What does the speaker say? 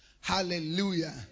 Hallelujah